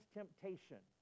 temptation